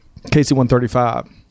KC-135